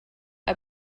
are